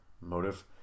motive